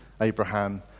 Abraham